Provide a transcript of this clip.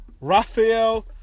Rafael